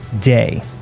day